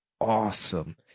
awesome